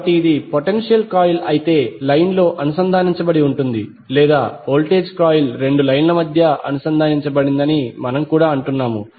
కాబట్టి ఇది potential coil అయితే లైన్లో అనుసంధానించబడి ఉంది లేదా వోల్టేజ్ కాయిల్ రెండు లైన్ల మధ్య అనుసంధానించబడిందని మనము కూడా అంటున్నాము